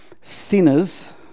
sinners